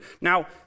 Now